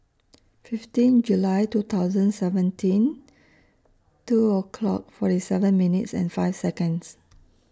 fifteen July two thousand and seventeen two o'clock forty seven minutes and five Seconds